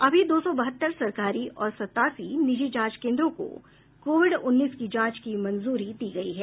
अभी दो सौ बहत्तर सरकारी और सतासी निजी जांच केंद्रों को कोविड उन्नीस की जांच की मंजूरी दी गई है